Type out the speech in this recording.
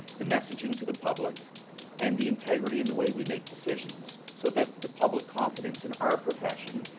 the messaging to the public and the integrity in the way we make decisions so that the public confidence in our profession,